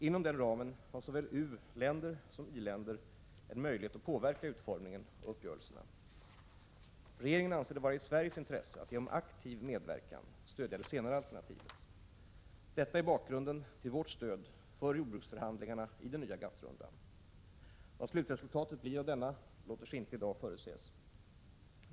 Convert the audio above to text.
Inom den ramen har såväl usom i-länder en möjighet att påverka utformningen av uppgörelserna. Regeringen anser det vara i Sveriges intresse att genom aktiv medverkan stödja det senare alternativet. Detta är bakgrunden till vårt stöd för jordbruksförhandlingarna i den nya GATT rundan. Vad slutresultatet blir av denna låter sig i dag icke förutses.